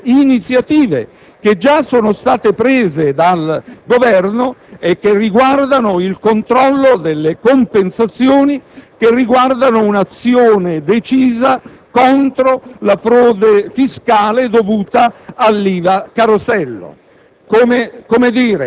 per effetto delle iniziative, già prese dal Governo, che riguardano il controllo delle compensazioni ed un'azione decisa contro la frode fiscale dovuta all'«IVA carosello».